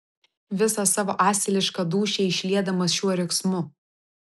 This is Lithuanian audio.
visą savo asilišką dūšią išliedamas šiuo riksmu